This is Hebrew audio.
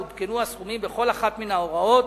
עודכנו הסכומים בכל אחת מן ההוראות